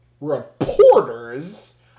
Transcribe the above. reporters